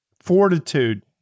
fortitude